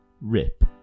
Rip